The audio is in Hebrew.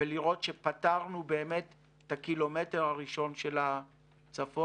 ולראות שפתרנו באמת את הקילומטר הראשון של הצפון.